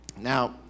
Now